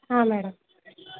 ಹಾಂ ಮೇಡಮ್